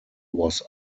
was